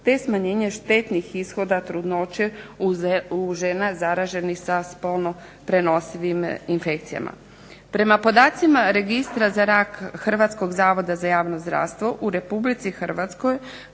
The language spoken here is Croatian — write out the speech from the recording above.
te smanjenje štetnih ishoda trudnoće u žena zaraženih sa spolno prenosivim infekcijama. Prema podacima Registra za rak Hrvatskog zavod za javno zdravstvo u Republici Hrvatskoj